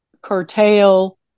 curtail